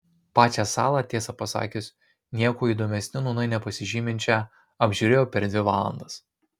pačią salą tiesą pasakius niekuo įdomesniu nūnai nepasižyminčią apžiūrėjau per dvi valandas